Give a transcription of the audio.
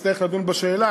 נצטרך לדון בשאלה.